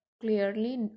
clearly